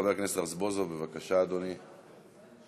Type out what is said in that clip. חבר הכנסת רזבוזוב, בבקשה, אדוני.